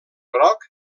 groc